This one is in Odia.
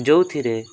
ଯେଉଁଥିରେ